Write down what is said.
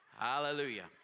Hallelujah